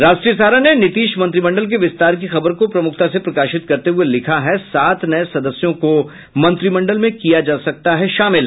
राष्ट्रीय सहारा ने नीतीश मंत्रिमंडल के विस्तार की खबर को प्रमुखता से प्रकाशित करते हुये लिखा है सात नये सदस्यों को मंत्रिमंडल में किया जा सकता है शामिल